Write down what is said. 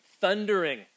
thundering